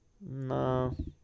No